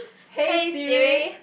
hey Siri